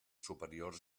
superiors